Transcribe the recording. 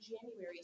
January